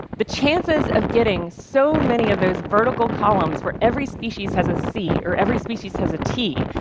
the chances of getting so many of those vertical columns where every species has a c or every species has a t,